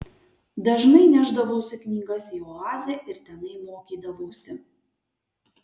dažnai nešdavausi knygas į oazę ir tenai mokydavausi